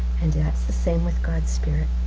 and yeah that's the same with god's spirit.